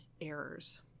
errors